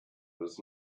was